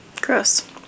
Gross